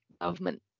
government